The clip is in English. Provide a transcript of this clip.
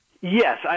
Yes